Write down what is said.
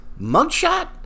mugshot